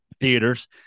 theaters